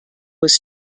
was